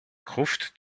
gruft